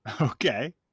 Okay